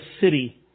City